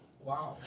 Wow